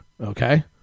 okay